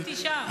שמו אותי שם.